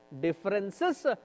differences